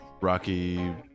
Rocky